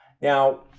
Now